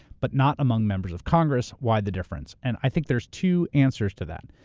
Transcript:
but not among members of congress. why the difference? and i think there's two answers to that.